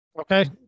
Okay